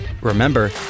Remember